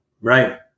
Right